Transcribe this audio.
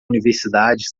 universidade